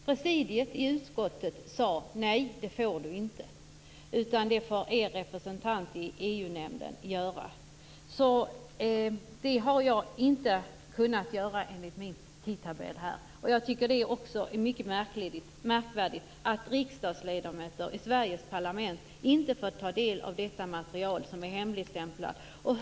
Presidiet i utskottet sade: Nej, det får du inte. Det får er representant i EU-nämnden göra. Jag har alltså inte kunnat läsa detta enligt min tidtabell. Det är mycket märkvärdigt att riksdagsledamöter i Sveriges parlament inte får ta del av detta hemligstämplade material.